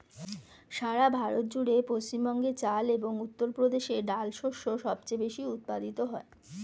সারা ভারত জুড়ে পশ্চিমবঙ্গে চাল এবং উত্তরপ্রদেশে ডাল শস্য সবচেয়ে বেশী উৎপাদিত হয়